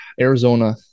Arizona